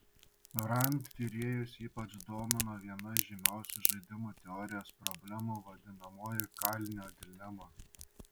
rand tyrėjus ypač domino viena žymiausių žaidimų teorijos problemų vadinamoji kalinio dilema